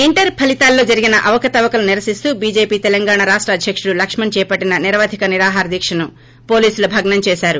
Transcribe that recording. inter ఫలితాల్లో జరిగిన అవకతవకలను నిరసిస్తూ చీజేపీ తెలంగాణ రాష్ట అధ్యకుడు లక్మణ్ చేపట్లిన నిరవధిక నిరహార దీక్షను పోలీసులు భగ్నం చేశారు